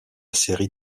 série